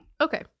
Okay